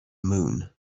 moon